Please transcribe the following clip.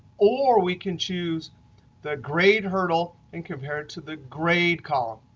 or we can choose the grade hurdle and compare it to the grade column.